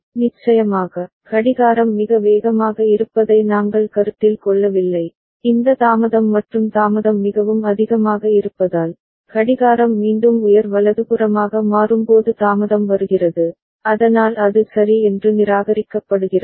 நிச்சயமாக கடிகாரம் மிக வேகமாக இருப்பதை நாங்கள் கருத்தில் கொள்ளவில்லை இந்த தாமதம் மற்றும் தாமதம் மிகவும் அதிகமாக இருப்பதால் கடிகாரம் மீண்டும் உயர் வலதுபுறமாக மாறும்போது தாமதம் வருகிறது அதனால் அது சரி என்று நிராகரிக்கப்படுகிறது